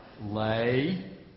Lay